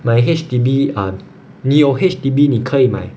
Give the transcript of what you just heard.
买 H_D_B ah 你有 H_D_B 你可以买